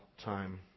Time